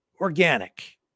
organic